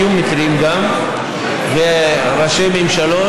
היו מקרים וראשי ממשלות